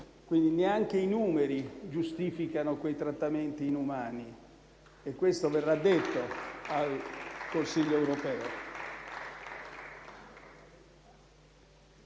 Quindi, neanche i numeri giustificano quei trattamenti inumani, e questo verrà detto al Consiglio europeo.